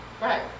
Right